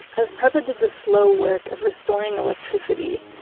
as prepa did the slow work of restoring electricity,